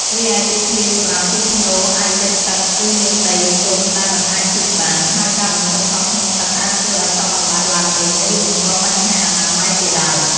រីឯទីធ្លាសម្រាប់ជីកផ្នូរអាចលិចទឹក ឬមានដីទន់ដែលមិនអាចជីកបាន ហើយការបញ្ចុះសពក្នុងទឹកអាចធ្វើឲ្យសពអណ្តែតឡើងវិញ ឬបង្កបញ្ហាអនាម័យជាដើម។